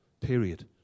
period